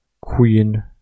Queen